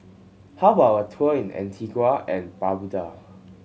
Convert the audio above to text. how about a tour in Antigua and Barbuda